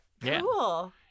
Cool